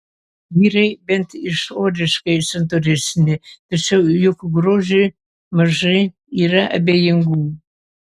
vyrai bent išoriškai santūresni tačiau juk grožiui mažai yra abejingų